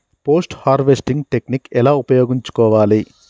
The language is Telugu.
పోస్ట్ హార్వెస్టింగ్ టెక్నిక్ ఎలా ఉపయోగించుకోవాలి?